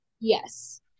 Yes